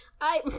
I-